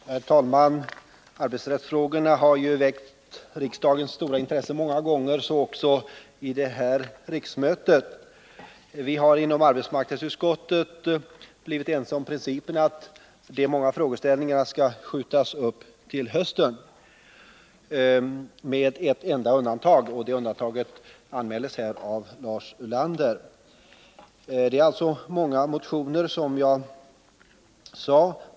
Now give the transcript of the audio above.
Herr talman! Arbetsrättsfrågorna har väckt riksdagens stora intresse många gånger, så också vid detta riksmöte. Inom arbetsmarknadsutskottet har vi med ett enda undantag kunnat enas om att de många frågeställningarna inom detta område skall skjutas upp till hösten, och detta undantag anmäldes här av Lars Ulander. Det har som jag sade väckts många motioner som berör arbetsrättsliga frågor.